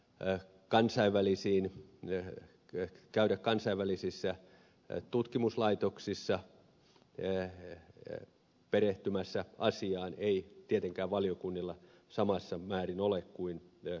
entä kansainvälisiin nehän mahdollisuutta käydä kansainvälisissä tutkimuslaitoksissa perehtymässä asiaan ei tietenkään valiokunnilla samassa määrin ole kuin seurantaryhmällä oli